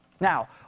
Now